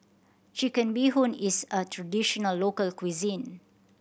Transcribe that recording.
Chicken Bee Hoon is a traditional local cuisine